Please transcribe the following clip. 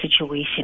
situation